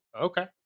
Okay